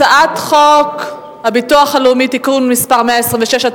הצעת חוק הביטוח הלאומי (תיקון מס' 126),